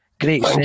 Great